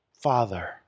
Father